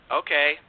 okay